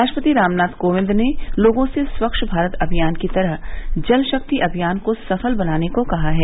राष्ट्रपति रामनाथ कोविंद ने लोगों से स्वच्छ भारत अभियान की तरह जल शक्ति अभियान को सफल बनाने को कहा है